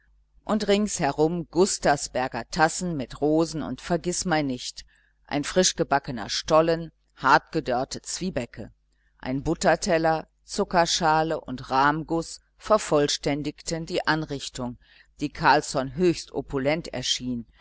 und rings herum gustersberger tassen mit rosen und vergißmeinnicht ein frischgebackener stollen hartgedörrte zwiebäcke ein butterteller zuckerschale und rahmguß vervollständigten die anrichtung die carlsson höchst opulent erschien